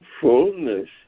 Fullness